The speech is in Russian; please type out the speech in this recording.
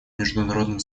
международным